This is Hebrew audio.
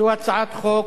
זו הצעת חוק